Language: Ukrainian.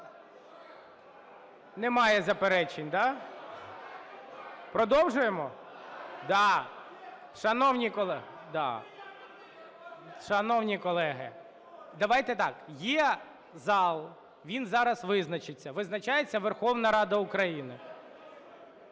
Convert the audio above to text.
Немає заперечень, да? Продовжуємо? Да. Шановні колеги! Шановні колеги, давайте так, є зал він зараз визначиться, визначається Верховна Рада України.